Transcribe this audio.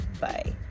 Bye